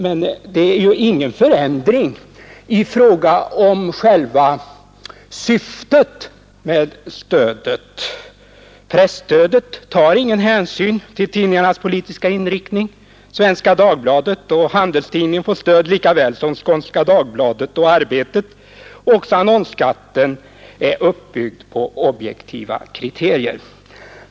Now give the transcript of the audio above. Det innebär emellertid ingen förändring i fråga om själva syftet med stödet — presstödet tar ingen hänsyn till tidningarnas politiska inriktning. Svenska Dagbladet och Handelstidningen får stöd lika väl som Skånska Dagbladet och Arbetet. Även annonsskatten är uppbyggd på objektiva kriterier.